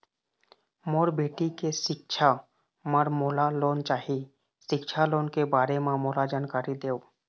मोर बेटी के सिक्छा पर मोला लोन चाही सिक्छा लोन के बारे म मोला जानकारी देव?